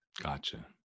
Gotcha